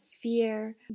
fear